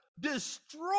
Destroy